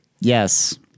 yes